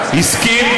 התקנות,